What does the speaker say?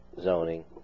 zoning